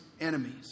enemies